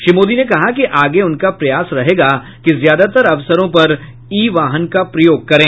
श्री मोदी ने कहा कि आगे उनका प्रयास रहेगा कि ज्यादातर अवसरों पर ई वाहन का प्रयोग करें